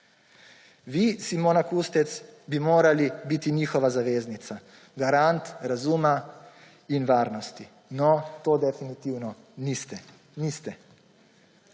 Vi, Simona Kustec, bi morali biti njihova zaveznica. Garant razuma in varnosti. No, to definitivno niste.